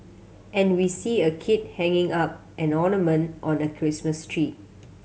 and we see a kid hanging up an ornament on a Christmas tree